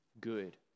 good